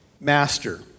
master